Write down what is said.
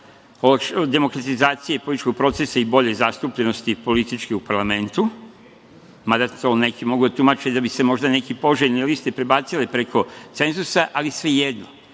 demokratizacije političkog procesa i boljoj političkoj zastupljenosti u parlamentu, mada to neki mogu da tumače da bi se možda neke poželjne liste prebacile preko cenzusa, ali svejedno,